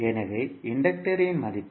எனவே இன்டக்டர் இன் இந்த மதிப்பு